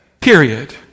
Period